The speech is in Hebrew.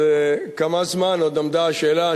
כמה זמן עוד עמדה השאלה,